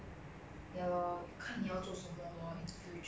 stress stress lah but 你真的可以 branch out lor